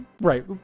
Right